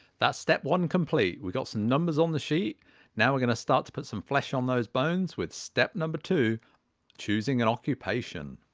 that's step one complete. we've got some numbers on the sheet now we're going to start to put some flesh on those bones with step number two choosing an occupation.